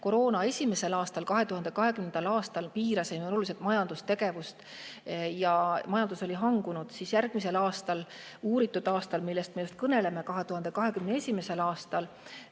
Koroona esimesel aastal, 2020. aastal piirasime me oluliselt majandustegevust ja majandus oli hangunud. Aga järgmisel aastal, uuritud aastal, millest me kõneleme, 2021. aastal